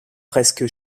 presque